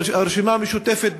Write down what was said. הרשימה המשותפת,